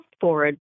forward